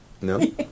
No